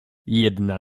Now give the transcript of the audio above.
jedna